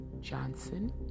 Johnson